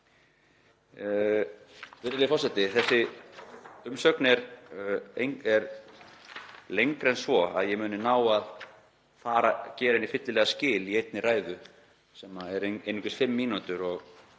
Þessi umsögn er lengri en svo að ég muni ná að gera henni fyllilega skil í einni ræðu sem er einungis fimm mínútur.